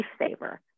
lifesaver